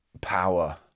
power